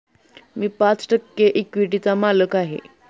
मी पाच टक्के इक्विटीचा मालक आहे